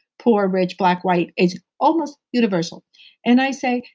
poor, rich, black, white, it's almost universal and i say,